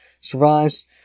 survives